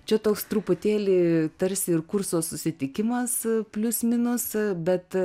čia toks truputėlį tarsi ir kurso susitikimas plius minus bet